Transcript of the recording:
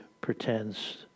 pretends